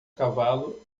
cavalo